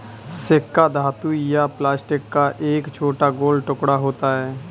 सिक्का धातु या प्लास्टिक का एक छोटा गोल टुकड़ा होता है